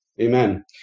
Amen